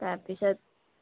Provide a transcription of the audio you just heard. তাৰপিছত